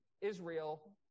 Israel